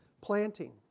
planting